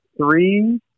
three